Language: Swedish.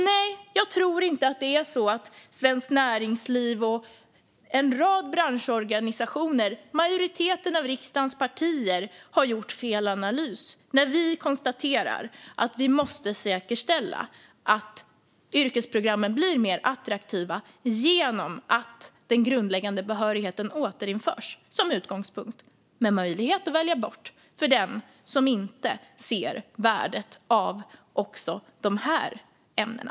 Nej, jag tror inte att det är så att Svenskt Näringsliv, en rad branschorganisationer och majoriteten av riksdagens partier har gjort fel analys när vi konstaterar att vi måste säkerställa att yrkesprogrammen blir mer attraktiva genom att den grundläggande behörigheten återinförs som utgångspunkt - med möjlighet att välja bort för den som inte ser värdet av också de här ämnena.